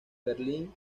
berlín